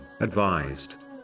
advised